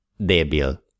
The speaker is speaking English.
Débil